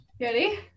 Ready